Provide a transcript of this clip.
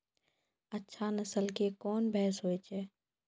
अच्छा नस्ल के कोन भैंस होय छै?